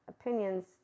opinions